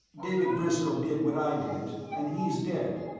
david briscoe did what i did, and he's dead.